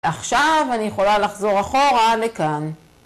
ועכשיו אני יכולה לחזור אחורה לכאן.